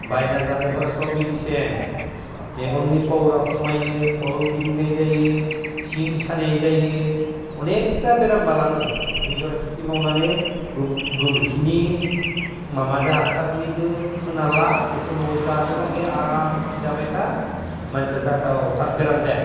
बायना जानायफोरा सब मेदिसिन मेगननि पावारा खामायो खर' गिदिंनाय जायो सिं सानाय जायो अनेकथा बेराम बालाङो निजे खेथि मावनानै गोबोरखिनि माबादो हासारनिजों फोना ला बेखौ न'आव जानोलागि आरामसे जाबायथा मानसिया जाथाव थाब बेराम जाया